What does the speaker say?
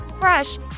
fresh